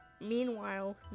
Meanwhile